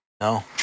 No